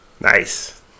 Nice